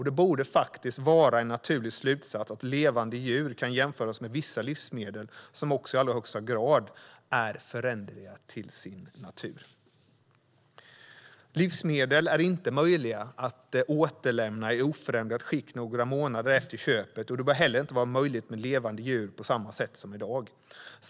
Det borde faktiskt vara en naturlig slutsats att levande djur kan jämföras med vissa livsmedel, som också i allra högsta grad är föränderliga till sin natur. Livsmedel är inte möjliga att återlämna i oförändrat skick några månader efter köpet, och det borde heller inte vara möjligt med levande djur på samma sätt som i dag.